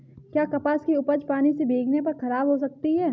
क्या कपास की उपज पानी से भीगने पर खराब हो सकती है?